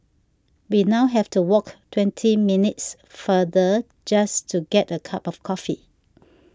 we now have to walk twenty minutes farther just to get a cup of coffee